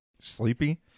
Sleepy